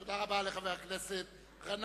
תודה רבה, חבר הכנסת גנאים.